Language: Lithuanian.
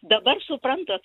dabar suprantat